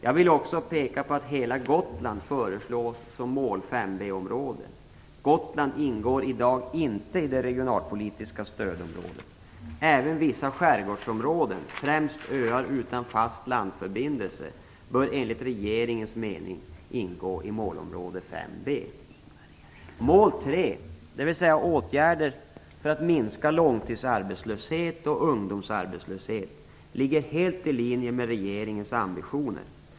Jag vill också peka på att hela Gotland föreslås som mål 5b-område. Gotland ingår i dag inte i det regionalpolitiska stödområdet. Även vissa skärgårdsområden, främst öar utan fast landförbindelse, bör enligt regeringens mening ingå i målområde 5b. Mål 3, dvs. åtgärder för att minska långtidsarbetslöshet och ungdomsarbetslöshet ligger helt i linje med regeringens ambitioner.